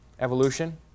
evolution